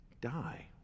die